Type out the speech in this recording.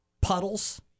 puddles